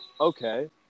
okay